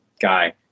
guy